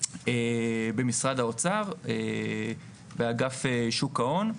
במשרד האוצר, באגף שוק ההון.